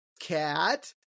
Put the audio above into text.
cat